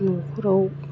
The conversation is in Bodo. न'खराव